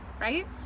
right